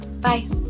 Bye